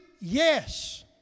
Yes